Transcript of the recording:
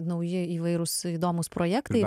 nauji įvairūs įdomūs projektai